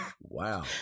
wow